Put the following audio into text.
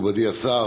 מכובדי השר,